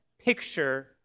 picture